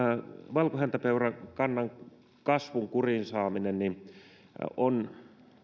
kannan kasvun kuriin saaminen on